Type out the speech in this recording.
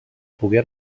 pogué